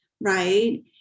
right